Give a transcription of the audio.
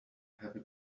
heavy